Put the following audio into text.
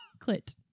Clit